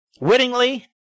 Wittingly